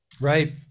Right